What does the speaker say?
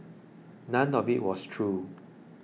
none of it was true